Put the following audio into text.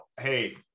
hey